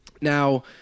Now